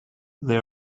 they